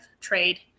trade